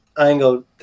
angle